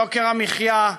יוקר המחיה,